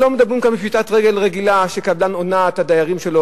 לא מדברים כאן בפשיטת רגל רגילה שקבלן הונה את הדיירים שלו,